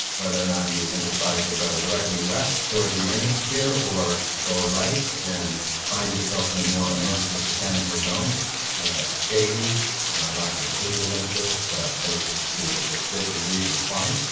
whether or not you can decide to go directly west, towards the end of the pier or go right and find yourself in a more immersive botanical zone that shady lots of visual interest places to to sit and read and quiet.